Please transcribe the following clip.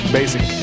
basic